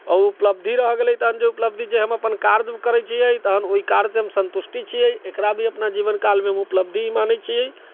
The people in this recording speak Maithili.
आओर ओ उपलब्धि रहि गेलै तहन जे उपलब्धि जे हम अपन कार्य करै छियै तहन ओइ कार्यसँ हम सन्तुष्टि छियै अपना जीवनकालमे अपना उपलब्धि ही मानै छी